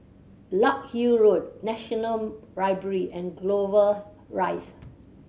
Larkhill Road National Library and Clover Rise